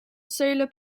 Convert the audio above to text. solar